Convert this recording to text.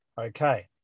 Okay